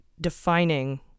defining